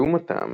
לעומתם,